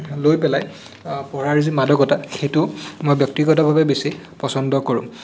লৈ পেলাই পঢ়াৰ যি মাদকতা সেইটো মই ব্যক্তিগতভাৱে বেছি পচন্দ কৰোঁ